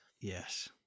Yes